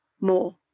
more